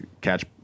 catch